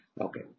Okay